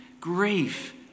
grief